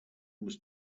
was